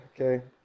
Okay